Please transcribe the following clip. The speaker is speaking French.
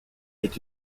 est